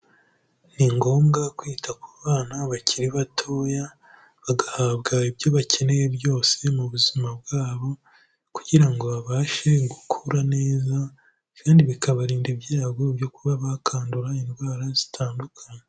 Ni ngombwa kwita ku bana bakiri batoya, bagahabwa ibyo bakeneye byose mu buzima bwabo kugira ngo babashe gukura neza kandi bikabarinda ibyago byo kuba bakandura indwara zitandukanye.